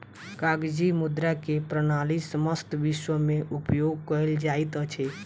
कागजी मुद्रा के प्रणाली समस्त विश्व में उपयोग कयल जाइत अछि